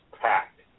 packed